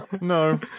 No